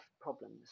problems